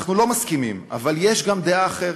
אנחנו לא מסכימים אבל יש גם דעה אחרת?